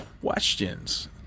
questions